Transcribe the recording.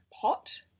pot